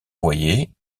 boyer